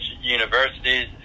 universities